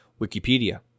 Wikipedia